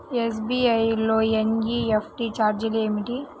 SBI లో NEFT ఛార్జీలు ఏమిటి?